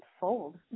fold